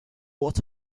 what